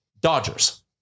Dodgers